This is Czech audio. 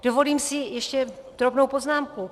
Dovolím si ještě drobnou poznámku.